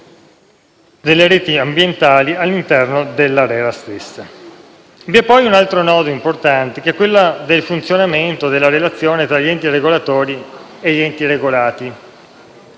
delle reti ambientali all'interno dell'ARERA stessa. Vi è poi un altro nodo importante che è il funzionamento e della relazione tra gli enti regolatori e gli enti regolati: